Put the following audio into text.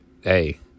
hey